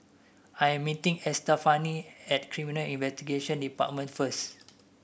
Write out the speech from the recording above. I am meeting Estefani at Criminal Investigation Department first